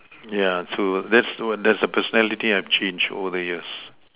yeah so that's w~ that's a personality I have changed over the years